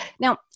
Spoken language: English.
Now